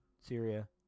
Syria